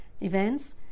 events